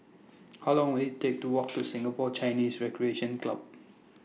How Long Will IT Take to Walk to Singapore Chinese Recreation Club